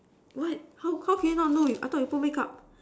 what how how can you not know I thought you put makeup